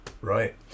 Right